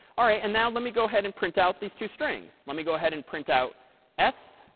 all right. and now, let me go ahead and print out these two strings. let me go ahead and print out s.